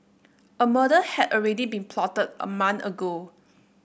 a murder had already been plotted a month ago